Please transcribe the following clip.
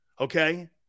okay